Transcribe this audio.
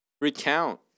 recount